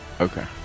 okay